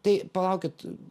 tai palaukit